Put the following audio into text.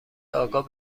آگاه